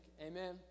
Amen